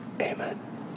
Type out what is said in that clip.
Amen